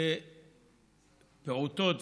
כשפעוטות